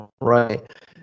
Right